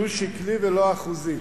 שהוא שקלי ולא אחוזי.